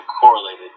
correlated